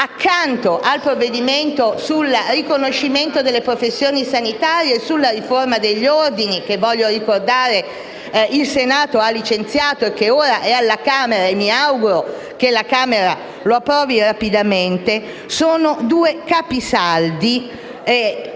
accanto a quello sul riconoscimento delle professioni sanitarie e sulla riforma degli ordini (che - voglio ricordare - il Senato ha licenziato e che ora è alla Camera e mi auguro che lo approvi rapidamente), sono due capisaldi,